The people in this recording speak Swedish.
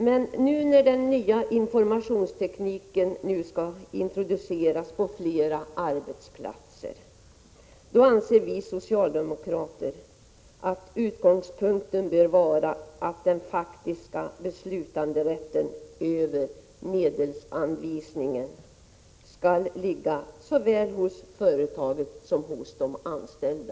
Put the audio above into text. Men när den nya informationstekniken nu skall introduceras på flera arbetsplatser, anser vi socialdemokrater att utgångspunkten bör vara att den faktiska beslutanderätten över medelsanvisningen skall ligga såväl hos företaget som hos de anställda.